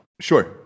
sure